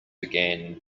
began